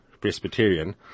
Presbyterian